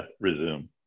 resume